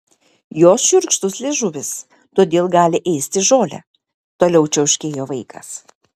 jos šiurkštus liežuvis todėl gali ėsti žolę toliau čiauškėjo vaikas